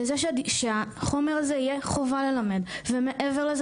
לזה שהחומר הזה יהיה חובה ללמד ומעבר לזה